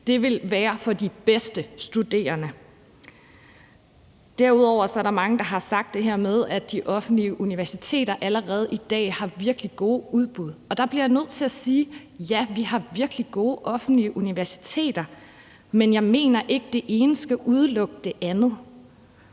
det ville være for de bedste studerende. Derudover er der mange, der har sagt det her med, at de offentlige universiteter allerede i dag har virkelig gode udbud, og der bliver jeg nødt til at sige: Ja, vi har virkelig gode offentlige universiteter, men jeg mener ikke, at det ene skal udelukke det andet.